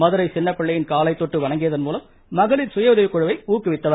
மதுரை சின்னப்பிள்ளையின் காலை தொட்டு வணங்கியதன் மூலம் மகளிர் சுயஉதவிக்குழுவை ஊக்குவித்தவர்